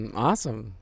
Awesome